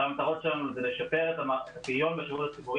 אחת המטרות שלנו זה לשפר את הפריון של מערכת החינוך,